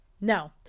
no